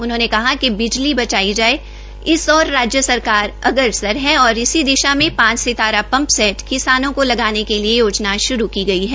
उन्होंने कहा िक बिजली बचाई जाये इस ओर राज्य सरकार अग्रसर है और इसी दिशा में पांच सितारा पंप सेट किसानों को लगाने के लिये योजना शुरू की गई है